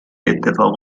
اتفاق